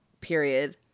period